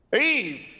EVE